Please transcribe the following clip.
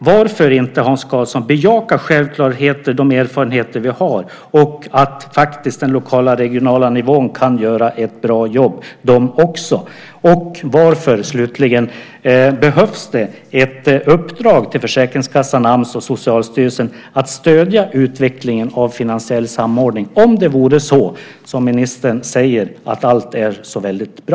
Varför inte, Hans Karlsson, bejaka självklarheter, de erfarenheter vi har och att de på den lokala och den regionala nivån faktiskt kan göra ett bra jobb de också? Och varför, slutligen, behövs det ett uppdrag till Försäkringskassan, Ams och Socialstyrelsen att stödja utvecklingen av finansiell samordning, om det är så, som ministern säger, att allt är så väldigt bra?